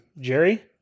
Jerry